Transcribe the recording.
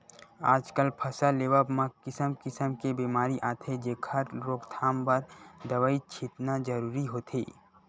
आजकल फसल लेवब म किसम किसम के बेमारी आथे जेखर रोकथाम बर दवई छितना जरूरी होथे